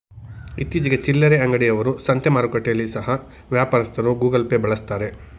ಇತ್ತೀಚಿಗೆ ಚಿಲ್ಲರೆ ಅಂಗಡಿ ಅವರು, ಸಂತೆ ಮಾರುಕಟ್ಟೆಯಲ್ಲಿ ಸಹ ವ್ಯಾಪಾರಸ್ಥರು ಗೂಗಲ್ ಪೇ ಬಳಸ್ತಾರೆ